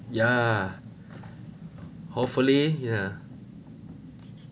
yeah hopefully yeah